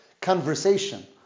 conversation